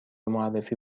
معرفی